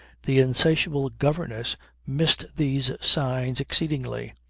the insatiable governess missed these signs exceedingly.